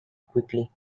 quickly